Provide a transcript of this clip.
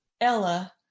Ella